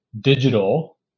Digital